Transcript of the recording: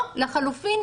או לחלופין,